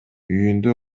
үйүндө